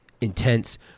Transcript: intense